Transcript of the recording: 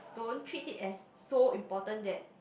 don't treat it as so important that